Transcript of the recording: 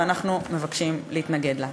ואנחנו מבקשים להתנגד לה.